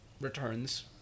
returns